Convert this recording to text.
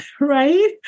right